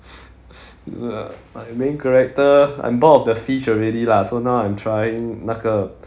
my main character I'm bored of the fish already lah so now I'm trying 那个